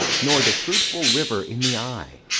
nor the fruitful river in the eye,